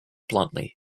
bluntly